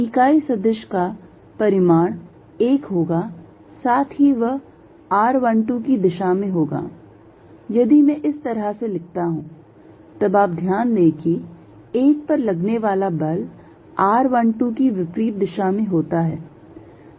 इकाई सदिश का परिमाण 1होगा साथ ही वह r12 की दिशा में होगा यदि मैं इस तरह से लिखता हूं तब आप ध्यान दें कि 1 पर लगने वाला बल r12 की विपरीत दिशा में होता है